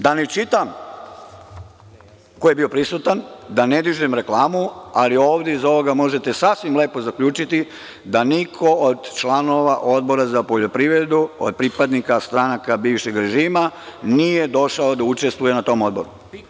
Da ne čitam ko je bio prisutan, da ne dižem reklamu, ali ovde iz ovoga možete sasvim lepo zaključiti da niko od članova Odbora za poljoprivredu od pripadnika stranaka bivšeg režima nije došao da učestvuje na tom Odboru.